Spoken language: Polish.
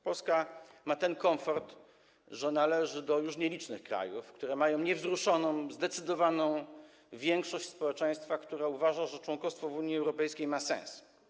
Polska ma ten komfort, że należy do już nielicznych krajów, które mają niewzruszoną, zdecydowaną większość społeczeństwa, która uważa, że członkostwo w Unii Europejskiej ma sens.